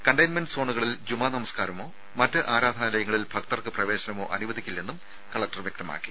containment സോണുകളിൽ ജുമാ നമസ്കാരമോ മറ്റ് ആരാധാലയങ്ങളിൽ ഭക്തർക്ക് പ്രവേശനമോ അനുവദിക്കില്ലെന്നും കലക്ടർ വ്യക്തമാക്കി